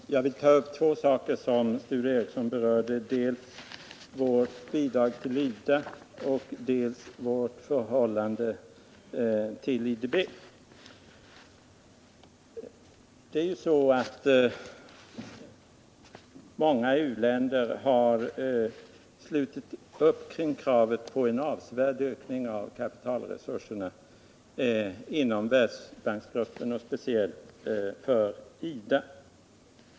Herr talman! Jag vill ta upp två saker som Sture Ericson berörde, dels vårt bidrag till IDA, dels vårt förhållande till IDB. Många u-länder har slutit upp kring kravet på en avsevärd ökning av kapitalresurserna inom Världsbanksgruppen, och speciellt för IDA.